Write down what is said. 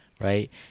right